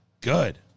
good